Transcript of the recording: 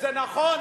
זה נכון,